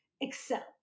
excel